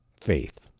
faith